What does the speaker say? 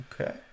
okay